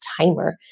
timer